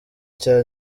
cya